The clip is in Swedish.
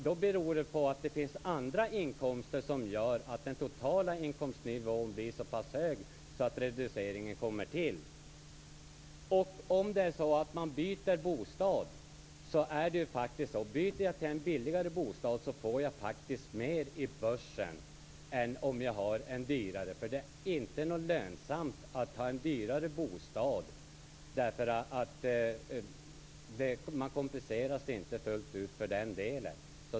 Då finns det andra inkomster som gör att den totala inkomstnivån blir så pass hög att det blir en reducering. Byter jag till en billigare bostad får jag mer i börsen än om jag har en dyrare bostad. Det är inte lönsamt att ha en dyrare bostad. Man kompenseras inte fullt ut för den delen.